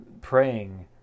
praying